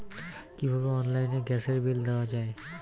কিভাবে অনলাইনে গ্যাসের বিল দেওয়া যায়?